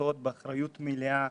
החלטות באחריות מלאה.